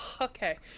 okay